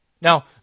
Now